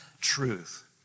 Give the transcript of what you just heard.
truth